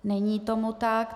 Není tomu tak.